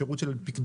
שירות של פיקדונות?